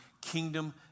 kingdom